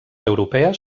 europees